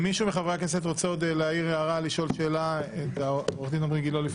מישהו מחברי הכנסת רוצה לשאול את עורך הדין עומרי גילה?